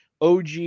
OG